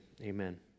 Amen